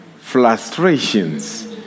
frustrations